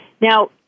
Now